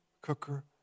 cooker